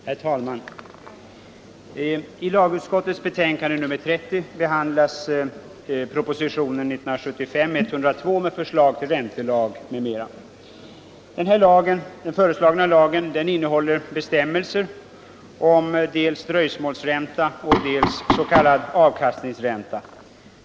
Herr talman! I lagutskottets betänkande nr 30 behandlas propositionen 1975:102 med förslag till räntelag m.m. Den här föreslagna lagen innehåller bestämmelser om dels dröjsmålsränta, dels s.k. avkastningsränta.